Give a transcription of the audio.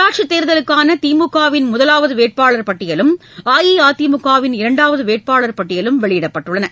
உள்ளாட்சித் தேர்தலுக்கான திமுக வின் முதலாவது வேட்பாளர் பட்டியலும் அஇஅதிமுகவின் இரண்டாவது வேட்பாளர் பட்டியலும் வெளியிடப்பட்டுள்ளது